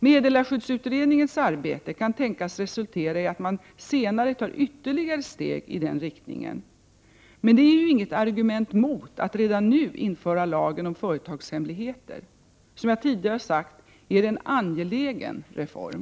Meddelarskyddsutredningens arbete kan tänkas resultera i att man senare tar ytterligare steg i den riktningen. Men det är ju inget argument mot att redan nu införa lagen om företagshemligheter. Som jag tidigare har sagt är det en angelägen reform.